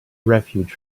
refuge